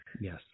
Yes